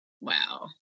Wow